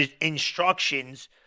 instructions